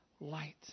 light